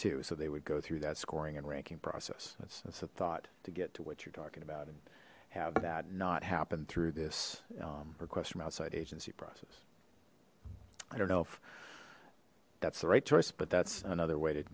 too so they would go through that scoring and ranking process that's the thought to get to what you're talking about and have that not happen through this request from outside agency process i don't know if that's the right choice but that's another way to